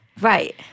Right